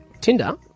Tinder